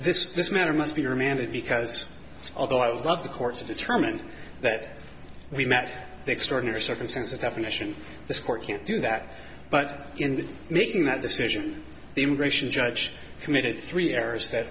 this this matter must be remanded because although i would love the court to determine that we met extraordinary circumstances definition this court can't do that but in making that decision the immigration judge committed three errors that